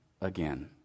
again